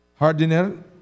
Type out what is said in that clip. hardener